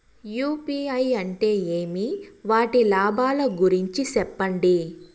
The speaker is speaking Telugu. యు.పి.ఐ అంటే ఏమి? వాటి లాభాల గురించి సెప్పండి?